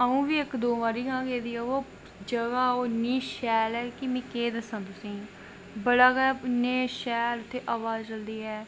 अ'ऊं बी इक दो बारी गै ऐं गेदा वा जगाह् ओह् इन्नी सैल ऐ कि में केह् दस्सां तुसेंगी बड़े गै इन्नी सैल उत्थें हवा चलदी ऐ